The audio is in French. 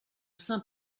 saint